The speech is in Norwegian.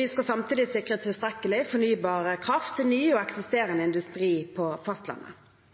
Vi skal samtidig sikre tilstrekkelig fornybar kraft til ny og eksisterende industri på fastlandet.